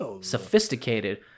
sophisticated